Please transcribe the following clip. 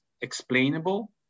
explainable